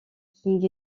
king